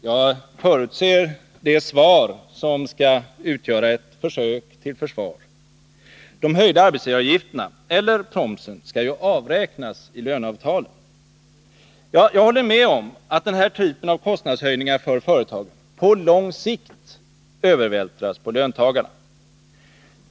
Jag förutser det svar som skall utgöra ett försök till försvar: ”De höjda arbetsgivaravgifterna eller promsen skall ju avräknas i löneavtalen.” Jag håller med om att den här typen av kostnadshöjningar för företagen på lång sikt övervältras på löntagarna.